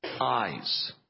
eyes